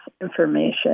information